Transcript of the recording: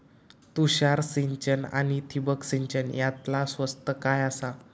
तुषार सिंचन आनी ठिबक सिंचन यातला स्वस्त काय आसा?